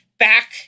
back